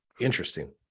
interesting